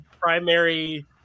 primary